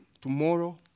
Tomorrow